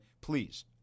please